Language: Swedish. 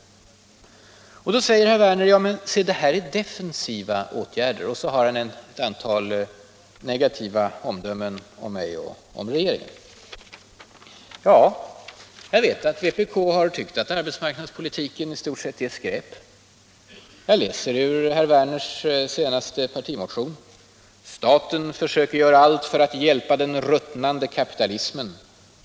Men då säger herr Werner att detta är ”defensiva” åtgärder, och så fäller han ett antal negativa omdömen om mig och regeringen. Jag vet att vpk tyckt att arbetsmarknadspolitiken i stort sett är skräp. Jag läser ur herr Werners senaste partimotion: ”Staten försöker göra allt för att hjälpa den ruttnande kapitalismen.